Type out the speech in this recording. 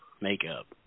Makeup